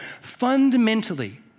fundamentally